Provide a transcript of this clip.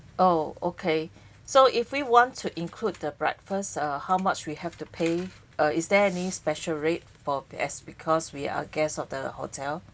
oh okay so if we want to include the breakfast uh how much we have to pay uh is there any special rate for the s~ because we are guests of the hotel